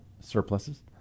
surpluses